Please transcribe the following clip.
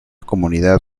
comunidad